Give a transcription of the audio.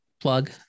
Plug